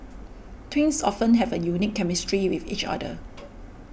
twins often have a unique chemistry with each other